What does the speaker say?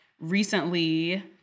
recently